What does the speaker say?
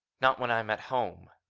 not when i'm at home.